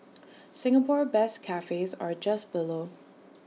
Singapore best cafes are just below